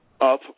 up